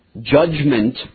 Judgment